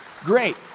great